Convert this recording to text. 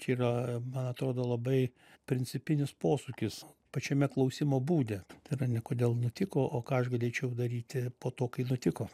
čia yra man atrodo labai principinis posūkis pačiame klausimo būde tai yra ne kodėl nutiko o ką aš galėčiau daryti po to kai nutiko